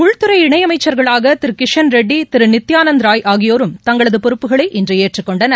உள்துறை இணையமைச்சர்களாக திரு கிஷன் ரெட்டி திரு நித்தியானந்த் ராய் ஆகியோரும் தங்களது பொறுப்புகளை இன்று ஏற்றுக் கொண்டனர்